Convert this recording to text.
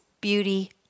beauty